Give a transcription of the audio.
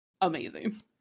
amazing